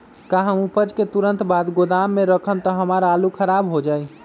का हम उपज के तुरंत बाद गोदाम में रखम त हमार आलू खराब हो जाइ?